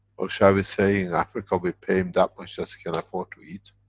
or shall we say, in africa we pay him that much that he can afford to eat?